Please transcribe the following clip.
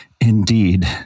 indeed